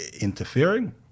interfering